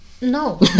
No